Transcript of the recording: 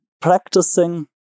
practicing